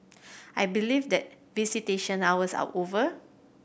I believe that visitation hours are over